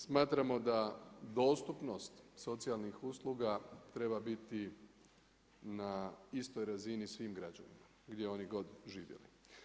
Smatramo da dostupnost socijalnih usluga treba biti na istoj razini svim građanima gdje oni god živjeli.